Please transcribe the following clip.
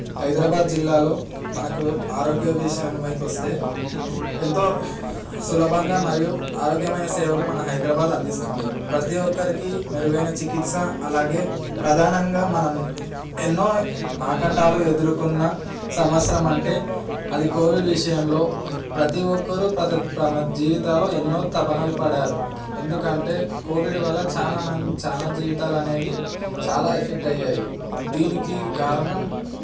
హైదరాబాద్ జిల్లాలో మనకు ఆరోగ్య విషయం పైకి వస్తే ఎంతో సులభంగా మరియు ఆరోగ్యమైన సేవలు మన హైదరాబాద్ అందిస్తుంది ప్రతి ఒక్కరికి మెరుగైన చికిత్స అలాగే ప్రధానంగా మనం ఎన్నో ఆటంకాలు ఎదుర్కొన్న సంవత్సరం అంటే అది కోవిడ్ విషయంలో ప్రతి ఒక్కరూ తమ జీవితాల్లో ఎన్నో తపనలు పడ్డారు ఎందుకంటే కోవిడ్ వల్ల చాలామంది చాలా జీవితాలు అనేవి చాలా ఎఫెక్ట్ అయ్యాయి దీనికి కారణం